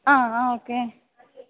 ആ ആ ഓക്കേ